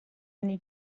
anni